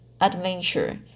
adventure